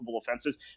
offenses